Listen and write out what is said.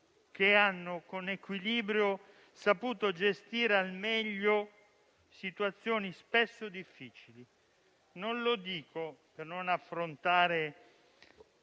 che con equilibrio hanno saputo gestire al meglio situazioni spesso difficili. Non lo dico per non affrontare